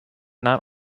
not